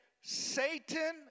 Satan